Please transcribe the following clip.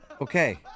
Okay